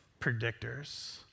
predictors